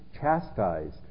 chastised